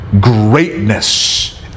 greatness